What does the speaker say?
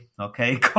okay